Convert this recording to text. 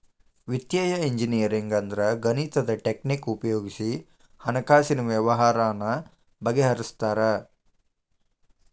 ವಿತ್ತೇಯ ಇಂಜಿನಿಯರಿಂಗ್ ಅಂದ್ರ ಗಣಿತದ್ ಟಕ್ನಿಕ್ ಉಪಯೊಗಿಸಿ ಹಣ್ಕಾಸಿನ್ ವ್ಯವ್ಹಾರಾನ ಬಗಿಹರ್ಸ್ತಾರ